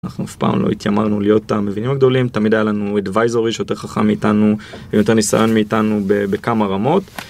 אנחנו אף פעם לא התיימרנו להיות המבינים הגדולים. תמיד היה לנו advisory שיותר חכמים מאיתנו, עם יותר ניסיון מאיתנו ב... בכמה רמות.